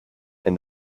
and